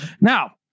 Now